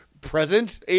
present